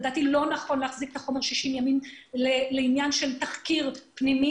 לדעתי לא נכון להחזיק את החומר 60 ימים לעניין של תחקיר פנימי.